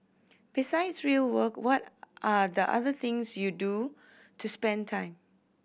besides real work what are the other things you do to spend time